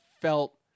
felt